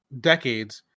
decades